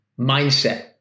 mindset